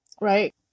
Right